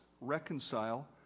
reconcile